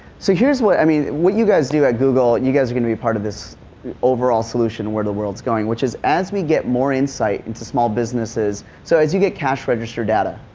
so what, i mean, what you guys do at google, you guys are gonna be a part of this overall solution where the worldis going. which is as we get more insight into small businesses, so as you get cash register data,